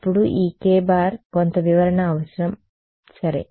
అప్పుడు ఈ k కొంత వివరణ అవసరం సరే